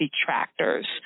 detractors